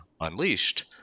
unleashed